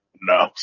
No